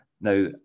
Now